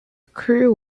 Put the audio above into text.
crew